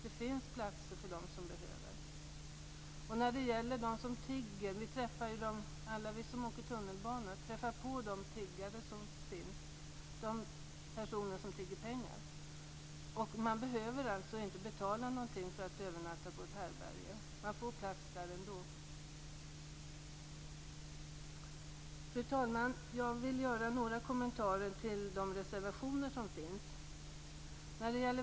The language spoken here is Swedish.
Det finns platser för dem som behöver. Alla vi som åker tunnelbana träffar på de personer som tigger pengar. Man behöver inte betala någonting för att övernatta på ett härbärge. Man får plats där ändå. Fru talman! Jag vill göra några kommentarer till de reservationer som finns.